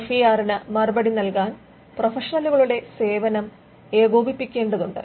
F E ആറിന് മറുപടി നല്കാൻ പ്രൊഫഷണലുകളുടെ സേവനം ഏകോപിപ്പിക്കേണ്ടതുണ്ട്